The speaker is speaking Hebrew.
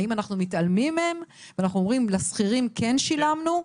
האם אנחנו מתעלמים מהם למרות שלשכירים בסיטואציה הזו כן שילמנו?